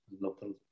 local